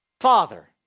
father